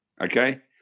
Okay